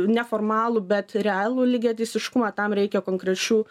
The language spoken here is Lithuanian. ne formalų bet realų lygiateisiškumą tam reikia konkrečių